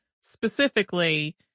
specifically